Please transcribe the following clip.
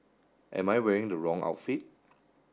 am I wearing the wrong outfit